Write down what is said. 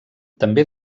també